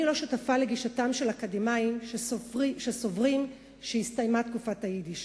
אני לא שותפה לגישתם של אקדמאים שסוברים שהסתיימה תקופת היידיש.